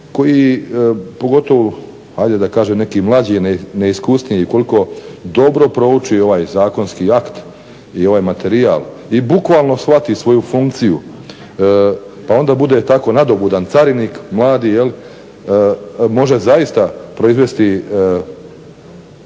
koji pogotovo ajde da kažem neki mlađi neiskusniji koliko dobro prouči ovaj zakonski akt i ovaj materijal i bukvalno shvati svoju funkciju pa onda bude tako nadobudan carinik mladi može zaista proizvesti